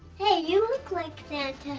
hey, you look like yeah